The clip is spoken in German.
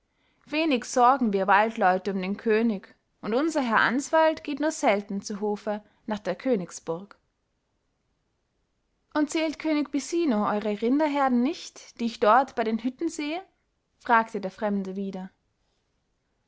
wenig sorgen wir waldleute um den könig und unser herr answald geht nur selten zu hofe nach der königsburg und zählt könig bisino eure rinderherden nicht die ich dort bei den hütten sehe fragte der fremde wieder